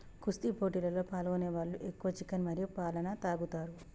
కుస్తీ పోటీలలో పాల్గొనే వాళ్ళు ఎక్కువ చికెన్ మరియు పాలన తాగుతారు